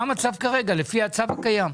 מה המצב כרגע, לפי הצו הקיים?